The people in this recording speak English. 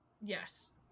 Yes